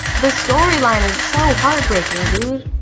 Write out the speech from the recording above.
the storyline is so heartbreaking, dude.